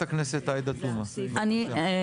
חה"כ עאידה תומא סלימאן, בבקשה.